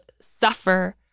suffer